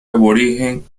aborigen